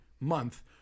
Month